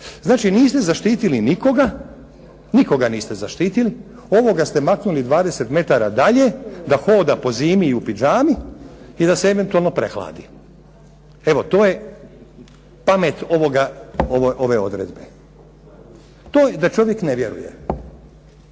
Znači niste zaštitili nikoga, nikoga niste zaštitili. Ovoga ste maknuli 20 metara dalje, da hoda po zimi i u pidžami i da se eventualno prehladi. Evo to je pamet ove odredbe. To je da čovjek ne vjeruje.